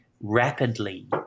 rapidly